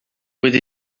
with